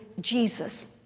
Jesus